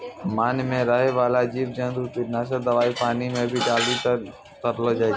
मान मे रहै बाला जिव जन्तु किट नाशक दवाई पानी मे भी डाली करी के करलो जाय छै